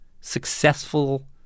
successful